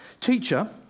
Teacher